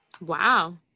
Wow